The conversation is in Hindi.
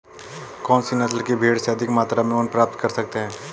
कौनसी नस्ल की भेड़ से अधिक मात्रा में ऊन प्राप्त कर सकते हैं?